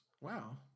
Wow